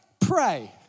pray